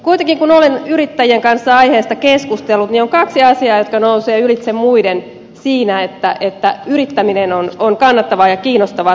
kuitenkin kun olen yrittäjien kanssa aiheesta keskustellut niin on kaksi asiaa jotka nousevat ylitse muiden siinä että yrittäminen on kannattavaa ja kiinnostavaa suomessa